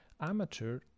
amateur